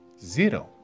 zero